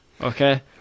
Okay